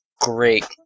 great